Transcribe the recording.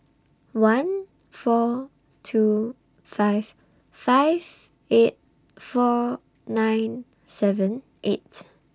one four two five five eight four nine seven eight